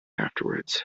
afterwards